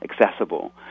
accessible